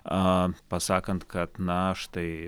a pasakant kad na štai